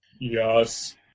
Yes